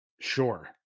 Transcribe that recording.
Sure